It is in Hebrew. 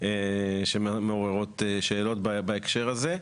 שמעוררות שאלות בהקשר הזה.